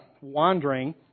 wandering